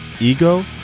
ego